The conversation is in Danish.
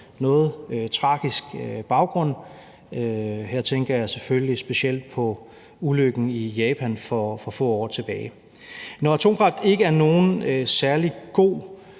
noget tragisk baggrund. Her tænker jeg selvfølgelig specielt på ulykken i Japan for få år tilbage. Når atomkraft ikke er nogen særlig god